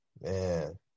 man